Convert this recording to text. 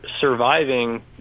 surviving